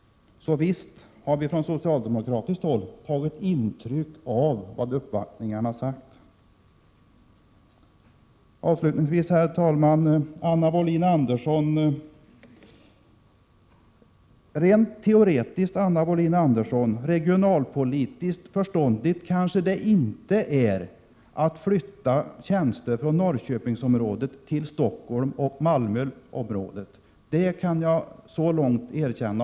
Visst har vi från socialdemokratiskt håll tagit intryck av vad som sagts vid uppvaktningarna. Avslutningsvis till Anna Wohlin-Andersson: Rent teoretiskt är det kanske inte regionalpolitiskt förståndigt att flytta tjänster från Norrköping till Stockholm och Malmö — så långt kan jag hålla med henne.